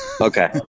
okay